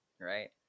Right